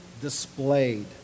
displayed